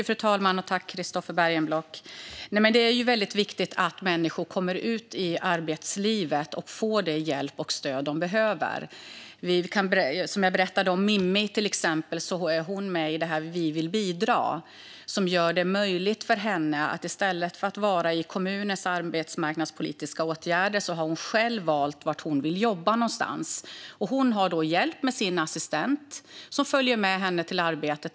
Fru talman! Det är ju väldigt viktigt att människor kommer ut i arbetslivet och får den hjälp och det stöd de behöver. Jag berättade om Mimmi. Hon är med i Vi vill bidra, som gör det möjligt för henne att själv välja var hon vill jobba i stället för att vara i kommunens arbetsmarknadspolitiska åtgärder. Hon har hjälp från sin assistent, som följer med henne till arbetet.